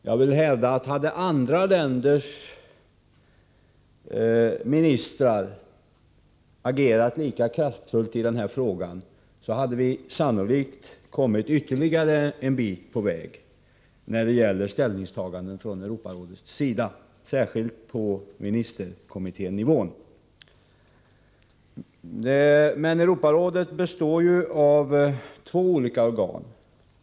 Jag vill hävda att om andra länders ministrar hade agerat lika kraftfullt i den här frågan, då hade vi sannolikt kommit ytterligare en bit på väg när det gäller ställningstaganden från Europarådets sida, särskilt på ministerkommitténivån. Europarådet består av två olika organ.